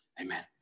Amen